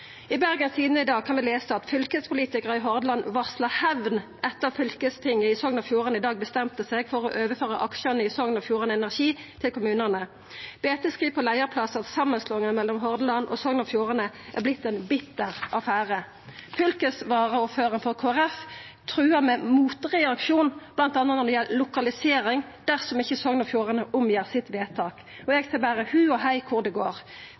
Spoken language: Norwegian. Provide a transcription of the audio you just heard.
I Bergens Tidende i dag kan vi lesa at fylkespolitikarar i Hordaland varslar hemn etter at fylkestinget i Sogn og Fjordane i dag bestemte seg for å overføra aksjane i Sogn og Fjordane Energi til kommunane. BT skriv på leiarplass: «Samanslåinga mellom Hordaland og Sogn og Fjordane er blitt ein bitter affære». Fylkesvaraordførar for Kristeleg Folkeparti truar med motreaksjon, bl.a. når det gjeld lokalisering, dersom ikkje Sogn og Fjordane gjer om sitt vedtak. Eg seier berre: Hu og hei, kor det går!